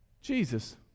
Jesus